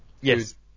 yes